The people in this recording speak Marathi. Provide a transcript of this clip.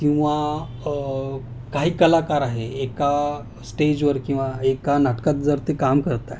किंवा काही कलाकार आहे एका स्टेजवर किंवा एका नाटकात जर ते काम करत आहे